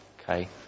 Okay